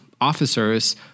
officers